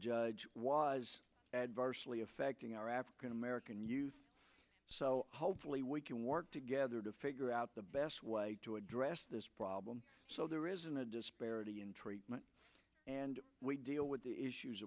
judge was adversely affect acting are african american youth so hopefully we can work together to figure out the best way to address this problem so there isn't a disparity in treatment and we deal with the issues